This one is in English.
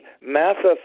massive